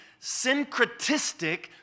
syncretistic